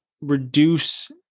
reduce